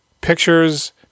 pictures